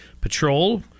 Patrol